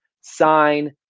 sign